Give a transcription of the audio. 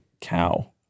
cow